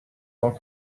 temps